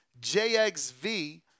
JXV